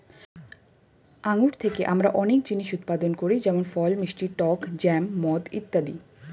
আঙ্গুর থেকে আমরা অনেক জিনিস উৎপাদন করি যেমন ফল, মিষ্টি, টক জ্যাম, মদ ইত্যাদি